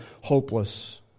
hopeless